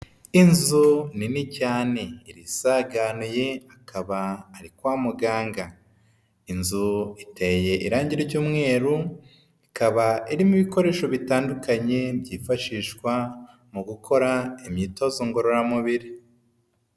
Inzu nini cyane irisaganiye akaba ari kwa muganga, inzu iteye irange ry'umweru ikaba irimo ibikoresho bitandukanye byifashishwa mu gukora imyitozo ngororamubiri.